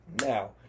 now